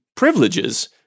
privileges